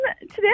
today